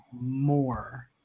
more